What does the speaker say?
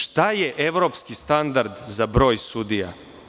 Šta je evropski standard za broj sudija?